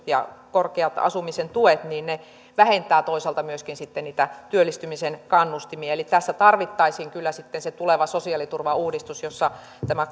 ja korkeat asumisen tuet vähentävät toisaalta myöskin sitten niitä työllistymisen kannustimia eli tässä tarvittaisiin kyllä sitten se tuleva sosiaaliturvauudistus jossa tämä